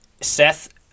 Seth